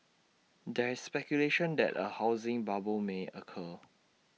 there is speculation that A housing bubble may occur